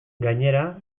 gainera